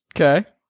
Okay